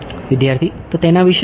વિદ્યાર્થી તેના વિશે શું